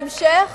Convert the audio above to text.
בהמשך,